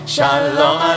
Shalom